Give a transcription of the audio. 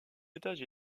étage